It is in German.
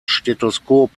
stethoskop